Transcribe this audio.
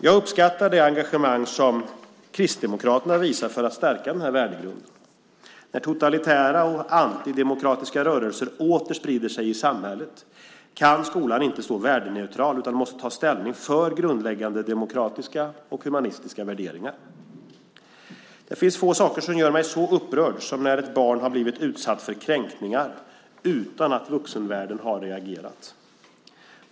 Jag uppskattar det engagemang som Kristdemokraterna visar för att stärka denna värdegrund. När totalitära och antidemokratiska rörelser åter sprider sig i samhället kan skolan inte stå värdeneutral utan måste ta ställning för grundläggande demokratiska och humanistiska värderingar. Det finns få saker som gör mig så upprörd som när ett barn har blivit utsatt för kränkningar utan att vuxenvärlden har reagerat.